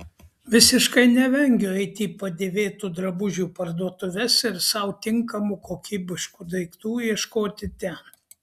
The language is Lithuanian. visiškai nevengiu eiti į padėvėtų drabužių parduotuves ir sau tinkamų kokybiškų daiktų ieškoti ten